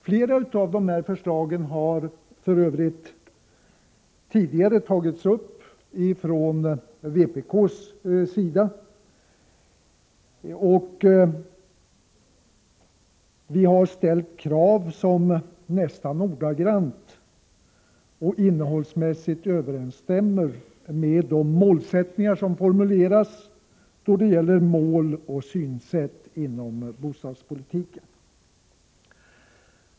Flera av dessa förslag har för övrigt tidigare tagits upp från vpk:s sida. Vi har ställt krav som nästan ordagrant och innehållsmässigt överensstämmer med de målsättningar som formuleras då det gäller mål och synsätt inom bostadspolitiken.